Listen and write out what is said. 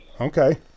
Okay